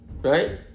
Right